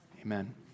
Amen